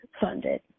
funded